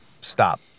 Stop